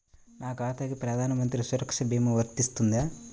నా ఖాతాకి ప్రధాన మంత్రి సురక్ష భీమా వర్తిస్తుందా?